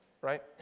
right